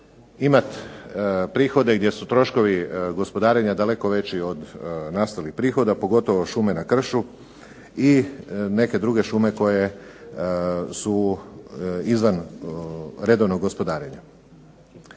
imati prihode gdje su troškovi gospodarenja daleko veći od nastalih prihoda, pogotovo šume na kršu i neke druge šume koje su izvan redovnog gospodarenja.